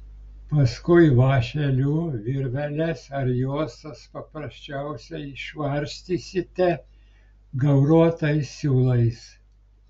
paskui vąšeliu virveles ar juostas paprasčiausiai išvarstysite gauruotais siūlais